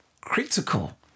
critical